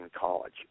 college